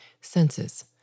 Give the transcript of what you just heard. senses